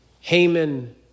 Haman